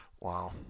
Wow